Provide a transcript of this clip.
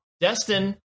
Destin